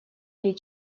или